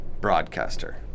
broadcaster